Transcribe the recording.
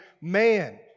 man